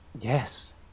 yes